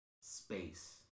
space